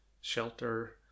shelter